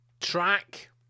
track